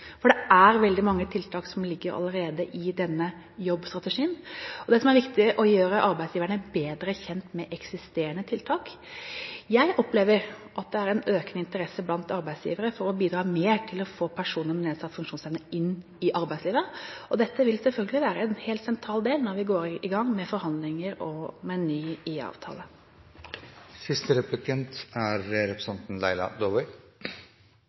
for det er veldig mange tiltak som allerede ligger i denne jobbstrategien, og det som er viktig, er å gjøre arbeidsgiverne bedre kjent med eksisterende tiltak. Jeg opplever at det er en økende interesse blant arbeidsgivere for å bidra mer til å få personer med nedsatt funksjonsevne inn i arbeidslivet, og dette vil selvfølgelig være en helt sentral del når vi går i gang med forhandlinger om en ny IA-avtale. Når det gjelder arbeidsavklaringspenger, så er